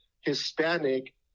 Hispanic